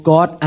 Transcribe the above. God